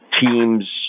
teams